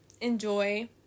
enjoy